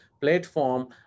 platform